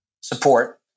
Support